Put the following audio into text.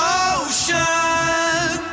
ocean